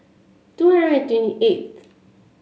twenty eight